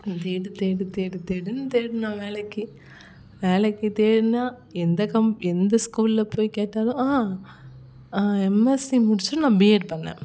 தேடு தேடு தேடு தேடுன்னு தேடினோம் வேலைக்கு வேலைக்கு தேடுனால் எந்த கம் எந்த ஸ்கூல்ல போய் கேட்டாலும் ஆ எம்எஸ்சி முடிச்சிட்டு நான் பிஎட் பண்ணேன்